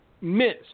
miss